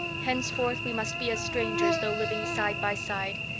henceforth we must be as strangers though living side by side.